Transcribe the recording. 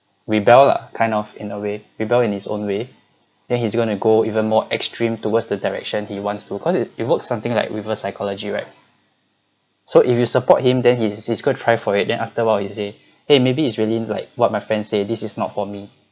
rebel lah kind of in a way rebelled in his own way then he's gonna go even more extreme towards the direction he wants to cause it it works something like reverse psychology right so if you support him then he's he's gonna try for it then after awhile he say !hey! maybe it's really like what my friend say this is not for me